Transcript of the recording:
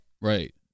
right